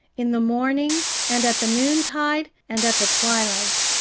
in the morning and at the noontide and at the twilight.